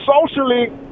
socially